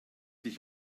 dich